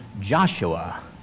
Joshua